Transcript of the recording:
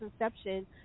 inception